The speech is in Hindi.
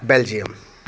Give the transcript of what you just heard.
Belgium Belgium